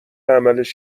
عملش